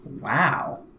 Wow